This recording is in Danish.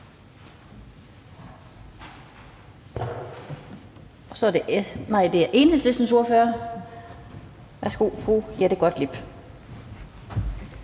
Så er det Enhedslistens ordfører. Værsgo til fru Jette Gottlieb.